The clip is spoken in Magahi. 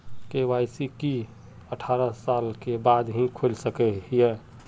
के.वाई.सी की अठारह साल के बाद ही खोल सके हिये?